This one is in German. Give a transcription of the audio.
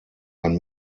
ein